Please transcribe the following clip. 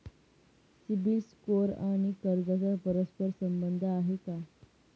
CIBIL score आणि कर्जाचा परस्पर संबंध आहे का?